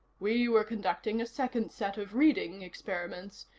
we were conducting a second set of reading experiments,